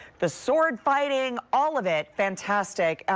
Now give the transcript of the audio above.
the sword fighting all of it fantastic.